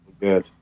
Good